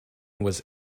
was